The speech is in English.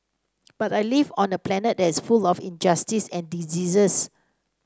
but I live on a planet that is full of injustice and diseases